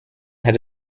had